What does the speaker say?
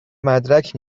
مدرک